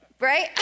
Right